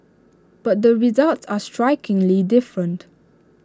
but the results are strikingly different